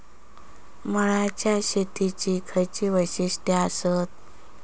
मळ्याच्या शेतीची खयची वैशिष्ठ आसत?